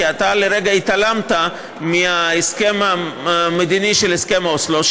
כי אתה לרגע התעלמת מההסכם המדיני של הסכם אוסלו,